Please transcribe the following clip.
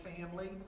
family